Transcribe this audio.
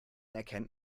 erkennt